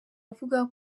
avuga